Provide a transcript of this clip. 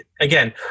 again